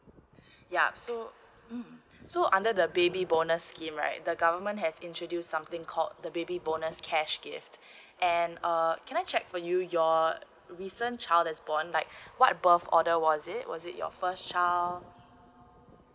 yup so mm so under the baby bonus scheme right the government has introduce something called the baby bonus cash gift and uh can I check for you your err recent child has born like what birth order was it was it your first child